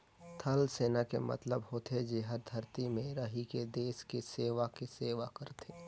थलसेना के मतलब होथे जेहर धरती में रहिके देस के सेवा के सेवा करथे